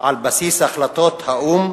על בסיס החלטות האו"ם,